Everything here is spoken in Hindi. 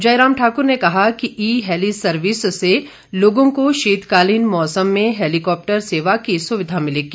जयराम ठाक्र ने कहा कि ई हैली सर्विस से लोगों को शीतकालीन मौसम में हैलीकॉप्टर सेवा की सुविधा मिलेगी